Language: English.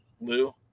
lou